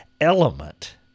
element